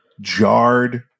jarred